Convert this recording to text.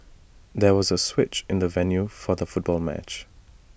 there was A switch in the venue for the football match